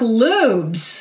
lubes